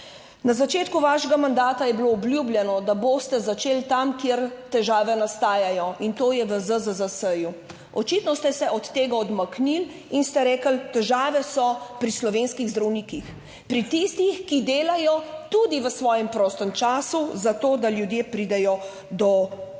Na začetku vašega mandata je bilo obljubljeno, da boste začeli tam, kjer težave nastajajo in to je v ZZZS. Očitno ste se od tega odmaknili in ste rekli, težave so pri slovenskih zdravnikih, pri tistih, ki delajo tudi v svojem prostem času zato, da ljudje pridejo do obravnave,